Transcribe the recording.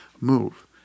move